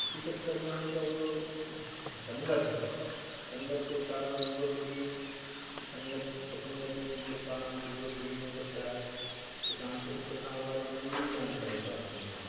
उसी चक्कर में उनकी जो संगत है संगत के कारण वो युवा पीढ़ी संगत विसंगति के कारण युवा पीढ़ियों का क्या है तो सांस्कृतिक प्रथाओं के बारे में कोई जानकारी प्राप्त नहीं